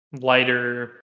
lighter